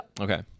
Okay